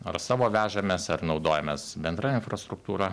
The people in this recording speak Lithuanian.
ar savo vežamės ar naudojamės bendra infrastruktūra